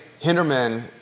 Hinderman